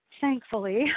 thankfully